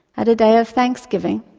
at a day of thanksgiving,